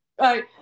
right